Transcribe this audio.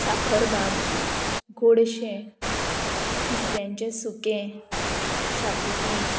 साखरभात गोडशें तिसऱ्यांचें सुकें शाकुती